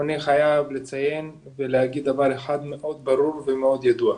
ואני חייב לציין ולהגיד דבר אחד מאוד ברור וידוע,